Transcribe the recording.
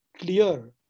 clear